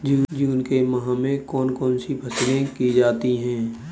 जून के माह में कौन कौन सी फसलें की जाती हैं?